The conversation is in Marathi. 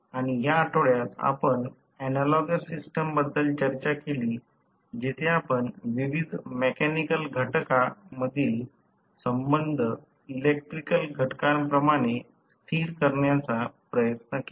आणि या आठवड्यात आपण ऍनालॉगस सिस्टम बद्दल चर्चा केली जिथे आपण विविध मेकॅनिकल घटका मधील संबंध इलेक्ट्रिकल घटकां प्रमाणे स्थिर करण्याचा प्रयत्न केला